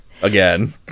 again